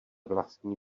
vlastní